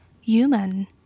Human